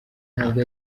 ntabwo